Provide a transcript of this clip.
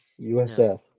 USF